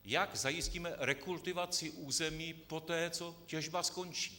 Jak zajistíme rekultivaci území poté, co těžba skončí?